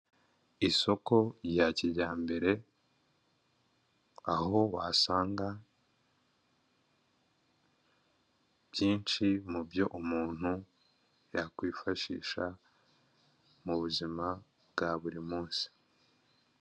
Isoko rya kijyambere aho wasanga byinshi mu byo umuntu yakwifashisha mu buzima bwa buri munsi.